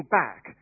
back